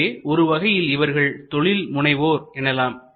எனவே ஒரு வகையில் இவர்கள் தொழில் முனைவோர் எனலாம்